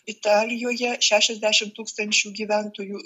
italijoje šešiasdešimt tūkstančių gyventojų